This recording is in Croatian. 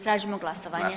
Tražimo glasovanje.